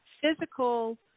physical